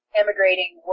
emigrating